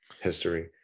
history